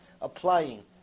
applying